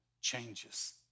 changes